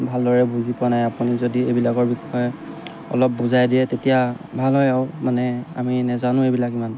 ভালদৰে বুজি পোৱা নাই আপুনি যদি এইবিলাকৰ বিষয়ে অলপ বুজাই দিয়ে তেতিয়া ভাল হয় আৰু মানে আমি নাজানো এইবিলাক ইমান